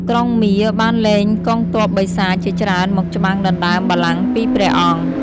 ក្រុងមារបានលែងកងទ័ពបិសាចជាច្រើនមកច្បាំងដណ្តើមបល្ល័ង្គពីព្រះអង្គ។